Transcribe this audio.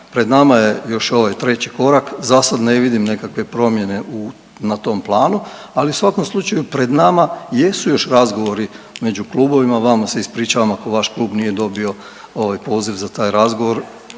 Pred nama je još ovaj treći korak, zasad ne vidim nekakve promjene na tom planu, ali u svakom slučaju pred nama jesu još razgovori među klubovima, vama se ispričavam ako vaš klub nije ovaj poziv za taj razgovor,